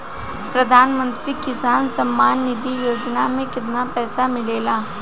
प्रधान मंत्री किसान सम्मान निधि योजना में कितना पैसा मिलेला?